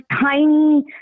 tiny